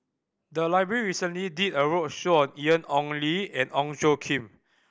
the library recently did a roadshow on Ian Ong Li and Ong Tjoe Kim